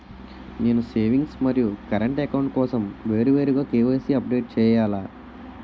నేను సేవింగ్స్ మరియు current account కోసం వేరువేరుగా కే.వై.సీ అప్డేట్ చేయాలా?